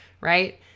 Right